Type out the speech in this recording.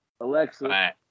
Alexa